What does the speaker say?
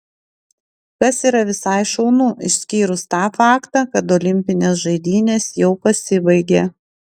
kas yra visai šaunu išskyrus tą faktą kad olimpinės žaidynės jau pasibaigė